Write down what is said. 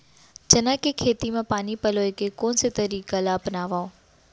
चना के खेती म पानी पलोय के कोन से तरीका ला अपनावव?